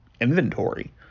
inventory